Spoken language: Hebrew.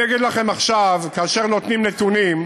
אני אגיד לכם עכשיו, כאשר נותנים נתונים,